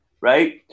right